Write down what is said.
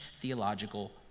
theological